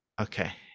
Okay